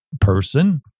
person